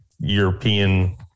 European